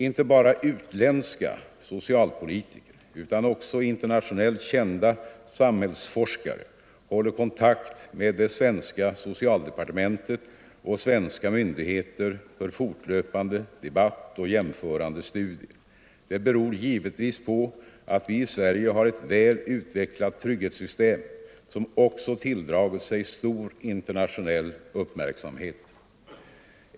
Inte bara utländska socialpolitiker utan också internationellt kända samhällsforskare håller kontakt med det svenska socialdepartementet och svenska myndigheter för fortlöpande debatt och jämförande studier. Det beror givetvis på att vi i Sverige har ett väl utvecklat trygghetssystem som också tilldragit sig stor internationell uppmärksamhet.